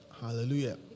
Hallelujah